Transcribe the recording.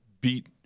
beat